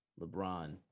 LeBron